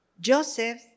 Joseph